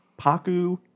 Paku